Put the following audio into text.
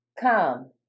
Come